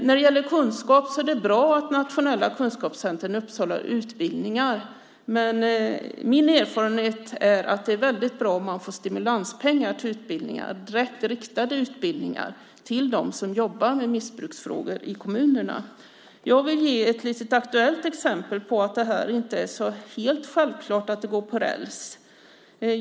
När det gäller kunskap är det bra att Nationellt kunskapscentrum i Uppsala har utbildningar. Min erfarenhet är dock att stimulanspengar till rätt riktade utbildningar till dem som jobbar med missbruksfrågor i kommunerna är väldigt bra. Jag vill ge ett litet aktuellt exempel på att detta inte helt självklart går på räls.